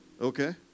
Okay